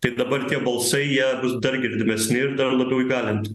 taip dabar tie balsai jie bus dar girdimesni ir dar labiau įgalint